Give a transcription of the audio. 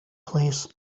place